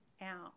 out